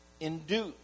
Induce